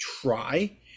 try